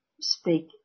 speak